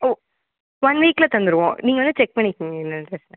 ஓ one வீக்கில் தந்துருவோம் நீங்கள் வந்து செக் பண்ணிக்கிங்கள் என்னென்றத